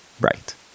Right